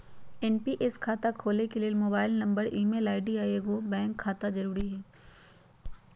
NPS खता खोले के लेल मोबाइल नंबर, ईमेल आई.डी, आऽ एगो बैंक खता जरुरी हइ